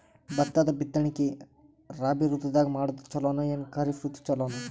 ಭತ್ತದ ಬಿತ್ತನಕಿ ರಾಬಿ ಋತು ದಾಗ ಮಾಡೋದು ಚಲೋನ ಅಥವಾ ಖರೀಫ್ ಋತು ಚಲೋನ?